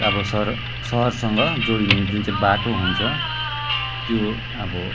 अब सर सहरसँग जोडिने जुन चाहिँ बाटो हुन्छ त्यो अब